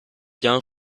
yang